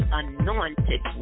anointed